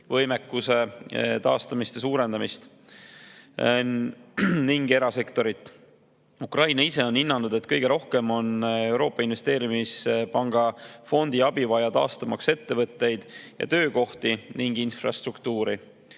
võimekuse taastamist ja suurendamist ning samuti erasektorit. Ukraina ise on hinnanud, et kõige rohkem on Euroopa Investeerimispanga fondi abi vaja, taastamaks ettevõtteid ja töökohti ning infrastruktuuri.